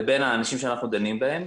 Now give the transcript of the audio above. לבין האנשים שאנחנו דנים בהם,